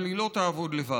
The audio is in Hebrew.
אבל היא לא תעבוד לבד,